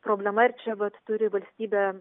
problema čia vat turi valstybė